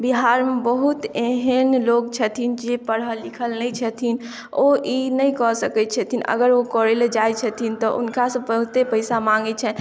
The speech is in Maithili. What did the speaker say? बिहारमे बहुत एहन लोक छथिन जे पढ़ल लिखल नहि छथिन ओ ई नहि कऽ सकैत छथिन अगर ओ करै लए जाइ छथिन तऽ हुनका से बहुते पैसा मांगै छनि